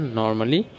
normally